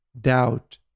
doubt